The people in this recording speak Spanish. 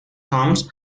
comes